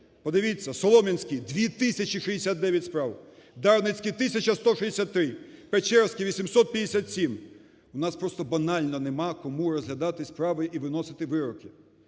Подивіться, Солом'янський – дві тисячі 69 справ, Дарницький – тисяча 163, Печерський – 857, в нас просто банально нема кому розглядати справи і виносити вироки.